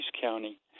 County